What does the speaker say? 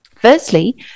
Firstly